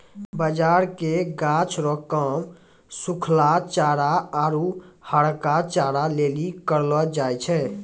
बाजरा के गाछ रो काम सुखलहा चारा आरु हरका चारा लेली करलौ जाय छै